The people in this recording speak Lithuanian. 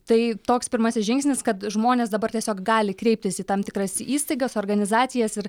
tai toks pirmasis žingsnis kad žmonės dabar tiesiog gali kreiptis į tam tikras įstaigas organizacijas ir